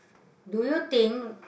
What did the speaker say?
do you think